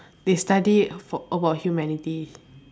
they study for about humanity